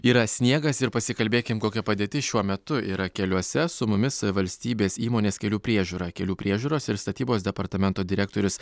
yra sniegas ir pasikalbėkim kokia padėtis šiuo metu yra keliuose su mumis valstybės įmonės kelių priežiūra kelių priežiūros ir statybos departamento direktorius